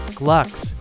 glucks